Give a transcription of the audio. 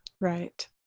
Right